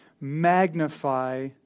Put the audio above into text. magnify